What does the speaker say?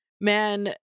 man